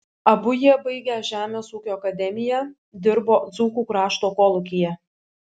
abu jie baigę žemės ūkio akademiją dirbo dzūkų krašto kolūkyje